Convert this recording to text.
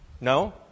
No